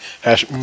Hash